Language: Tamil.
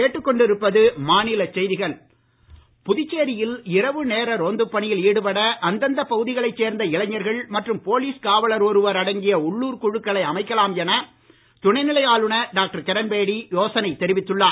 கிரண்பேடி புதுச்சேரியில் இரவு நேர ரோந்துப் பணியில் ஈடுபட அந்தந்த பகுதிகளைச் சேர்ந்த இளைஞர்கள் மற்றும் போலீஸ் காவலர் ஒருவர் அடங்கிய உள்ளுர் குழுக்களை அமைக்கலாம் என துணை நிலை ஆளுநர் டாக்டர் கிரண்பேடி யோசனை தெரிவித்துள்ளார்